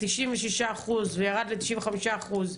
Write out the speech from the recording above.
96% וירד ל-95%,